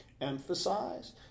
emphasize